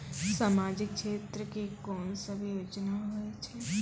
समाजिक क्षेत्र के कोन सब योजना होय छै?